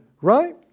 right